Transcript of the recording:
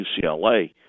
UCLA